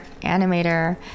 animator